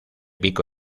pico